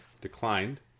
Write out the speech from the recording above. declined